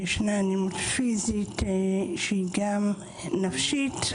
ישנה אלימות פיזית שהיא גם נפשית,